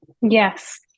Yes